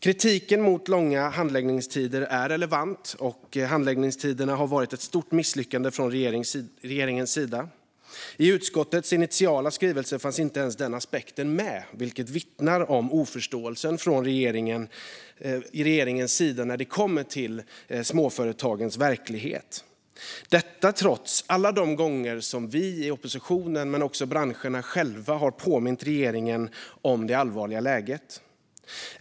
Kritiken mot långa handläggningstider är relevant, och de har varit ett stort misslyckande från regeringens sida. I utskottets initiala skrivelse fanns inte ens den aspekten med, vilket vittnar om regeringens oförståelse för småföretagens verklighet trots alla gånger som vi i oppositionen men också branscherna själva har påmint regeringen om det allvarliga läget.